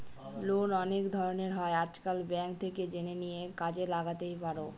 loan অনেক ধরনের হয় আজকাল, ব্যাঙ্ক থেকে জেনে নিয়ে কাজে লাগাতেই পারো